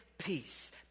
peace